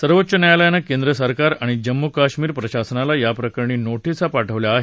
सर्वोच्च न्यायालयानं केंद्रसरकार आणि जम्मू कश्मीर प्रशासनाला याप्रकरणी नोटिसा पाठवल्या आहेत